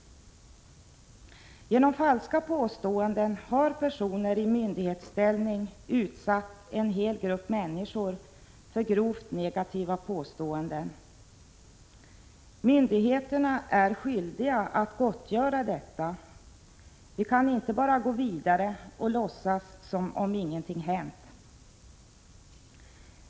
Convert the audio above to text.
Genom falska påståenden har personer i myndighetsställning utsatt en hel grupp människor för grovt negativa påståenden. Myndigheterna är skyldiga att gottgöra detta. Vi kan 123 inte bara gå vidare och låtsas som om ingenting hänt.